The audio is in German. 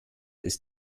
ist